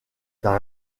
dans